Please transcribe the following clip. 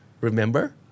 remember